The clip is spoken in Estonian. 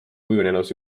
kujunenud